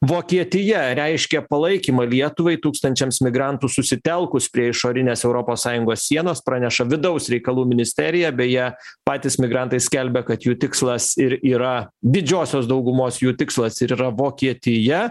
vokietija reiškia palaikymą lietuvai tūkstančiams migrantų susitelkus prie išorinės europos sąjungos sienos praneša vidaus reikalų ministerija beje patys migrantai skelbia kad jų tikslas ir yra didžiosios daugumos jų tikslas ir yra vokietija